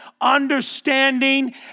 understanding